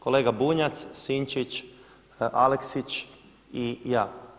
Kolega Bunjac, Sinčić, Aleksić i ja.